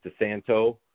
DeSanto